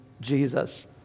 Jesus